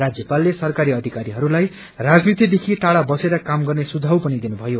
राज्यपालले सरकारी अधिकरीहरूलाई राजनीतिदेखि टाइ़ा बसेर काम गर्ने सुझाव पनि दिनुभयो